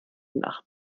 nach